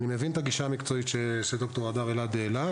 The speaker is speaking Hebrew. אני מבין את הגישה המקצועית שד"ר הדר אלעד העלה,